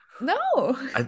No